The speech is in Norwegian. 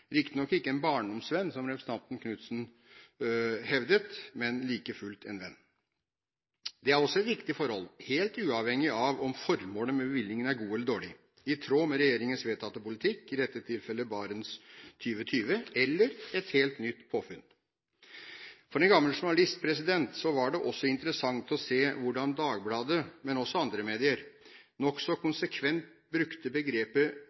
riktignok ikke en barndomsvenn, som representanten Knudsen hevdet, men like fullt en venn. Det er også et viktig forhold, helt uavhengig av om formålet med bevilgningen er godt eller dårlig, i tråd med regjeringens vedtatte politikk – i dette tilfellet Barents 2020 – eller et helt nytt påfunn. For en gammel journalist er det interessant å se hvordan Dagbladet, men også andre medier, nokså konsekvent brukte begrepet